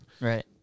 Right